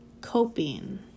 coping